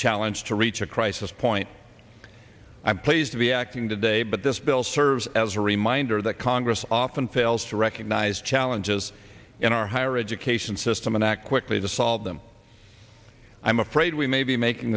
challenge to reach a crisis point i'm pleased to be acting today but this bill serves as a reminder that congress often fails to recognize challenges in our higher education system and act quickly to solve them i'm afraid we may be making